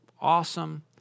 awesome